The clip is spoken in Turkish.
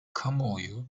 kamuoyu